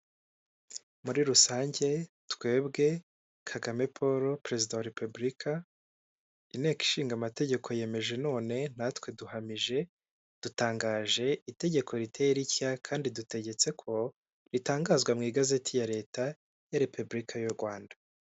Muri rusange twebwe Kagame Paul perezida wa repubulika inteko ishinga amategeko yemeje none natwe duhamije dutangaje itegeko riteye ritya, kandi dutegetse ko ritangazwa mu igazeti ya leta ya repubulika y'u Rwanda.